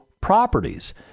properties